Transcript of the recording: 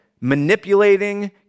manipulating